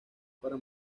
para